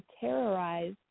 terrorize